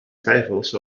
twijfels